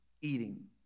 eating